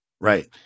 right